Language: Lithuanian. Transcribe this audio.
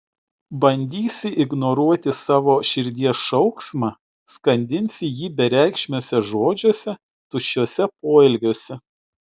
bandysi ignoruoti savo širdies šauksmą skandinsi jį bereikšmiuose žodžiuose tuščiuose poelgiuose